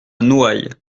noailles